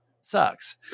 sucks